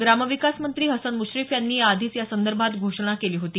ग्रामविकास मंत्री हसन मुश्रीफ यांनी याआधीच यासंदर्भात घोषणा केली होती